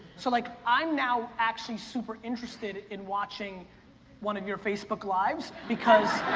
so like i'm now actually super interested in watching one of your facebook lives because